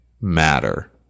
matter